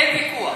אין ויכוח.